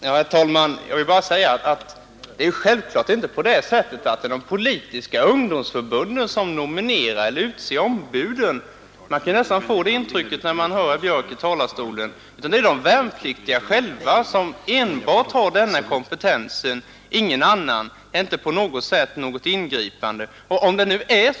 Herr talman! Jag vill bara säga att det självfallet inte är de politiska ungdomsförbunden som nominerar eller utser ombuden — man kan nästan få det intrycket när man hör herr Björck i Nässjö tala — utan det är enbart de värnpliktiga själva som har denna kompetens. Det är inte på något sätt fråga om ett ingripande i denna rätt.